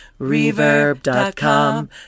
Reverb.com